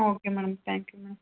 okay madam thank you madam